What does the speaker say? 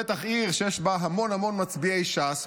בטח עיר שיש בה המון המון מצביעי ש"ס,